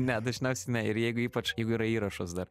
ne dažniausiai ne ir jeigu ypač jeigu yra įrašas dar